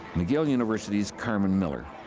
mcgill university's carmen miller.